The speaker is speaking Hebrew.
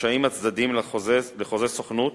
רשאים הצדדים לחוזה סוכנות